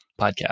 podcast